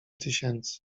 tysięcy